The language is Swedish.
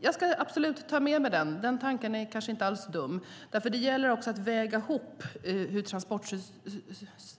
Jag ska absolut ta med mig frågan, tanken är inte alls dum. Det gäller att väga in hur